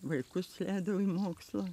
vaikus leidau į mokslą